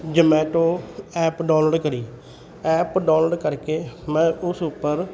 Zomato app download ਕਰੀ app download ਕਰਕੇ ਮੈਂ ਉਸ ਉੱਪਰ